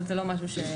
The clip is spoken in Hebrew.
אבל זה לא משהו שבדקנו.